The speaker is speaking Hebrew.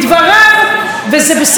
וזה בסדר גמור לומר.